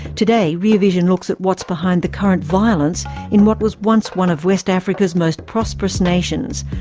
today, rear vision looks at what's behind the current violence in what was once one of west africa's most prosperous nations,